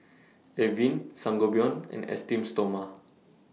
Avene Sangobion and Esteem Stoma